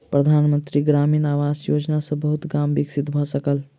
प्रधान मंत्री ग्रामीण आवास योजना सॅ बहुत गाम विकसित भअ सकल